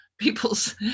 peoples